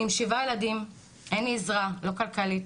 אני עם שבעה ילדים אין לי עזרה לא כלכלית,